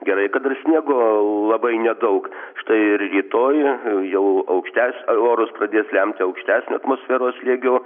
gerai kad dar sniego labai nedaug štai ir rytoj jau aukštes orus pradės lemti aukštesnio atmosferos slėgio